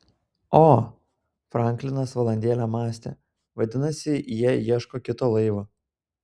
o franklinas valandėlę mąstė vadinasi jie ieško kito laivo